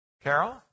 Carol